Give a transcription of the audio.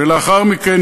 ולאחר מכן